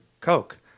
Coke